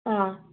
ꯑꯪ